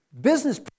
business